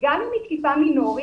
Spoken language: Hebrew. גם אם היא סיבה מינורית,